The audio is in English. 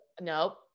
nope